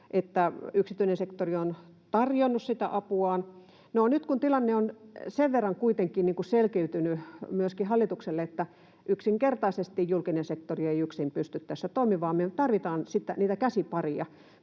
että yksityinen sektori on tarjonnut sitä apuaan. No, nyt tilanne on sen verran kuitenkin selkiytynyt myöskin hallitukselle, että yksinkertaisesti julkinen sektori ei yksin pysty tässä toimimaan vaan me tarvitaan niitä käsipareja,